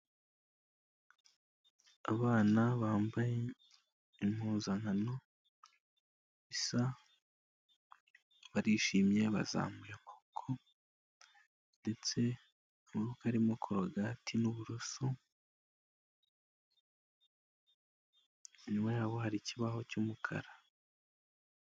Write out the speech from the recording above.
Abana bambaye impuzankano isa, barishimye bazamura amaboko ndetse amaboko arimo korogate n'uburoso, inyuma yabo hari ikibaho cy'umukara.